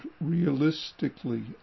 realistically